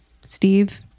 Steve